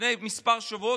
לפני כמה שבועות,